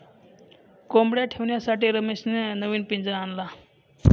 कोंबडया ठेवण्यासाठी रमेशने नवीन पिंजरा आणला